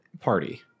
party